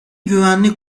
güvenlik